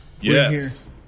Yes